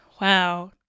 wow